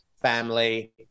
Family